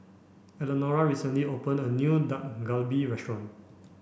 Elenora recently opened a new Dak Galbi restaurant